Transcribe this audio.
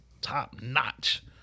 top-notch